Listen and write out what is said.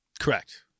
Correct